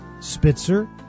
Spitzer